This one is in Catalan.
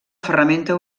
ferramenta